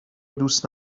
دوست